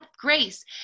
grace